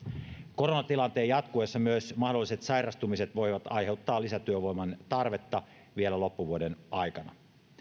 koronatilanteen jatkuessa myös mahdolliset sairastumiset voivat aiheuttaa lisätyövoiman tarvetta vielä loppuvuoden aikana